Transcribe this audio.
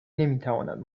نمیتواند